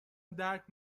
درک